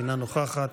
אינה נוכחת.